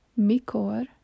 Mikor